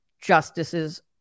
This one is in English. justices